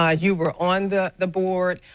ah you were on the the board,